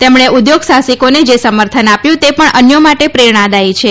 તેમણે ઉદ્યોગ સાહસીકોને જે સમર્થન આપ્યું તે પણ અન્યો માટે પ્રેરણાદાયી છે